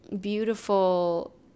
beautiful